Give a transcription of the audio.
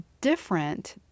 different